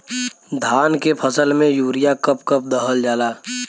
धान के फसल में यूरिया कब कब दहल जाला?